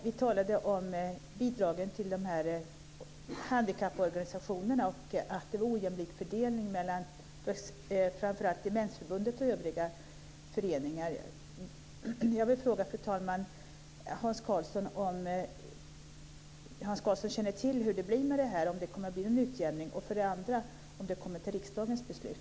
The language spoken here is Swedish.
Vi talade om bidragen till handkapporganisationerna och att det var ojämlik fördelningen mellan framför allt Demensförbundet och övriga föreningar. Jag vill för det första fråga Hans Karlsson om han känner till hur det blir med detta och om det kommer att bli någon utjämning och för det andra om det kommer att bli föremål för riksdagens beslut.